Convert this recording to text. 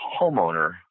homeowner